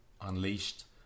unleashed